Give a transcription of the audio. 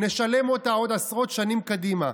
נשלם אותה עוד עשרות שנים קדימה.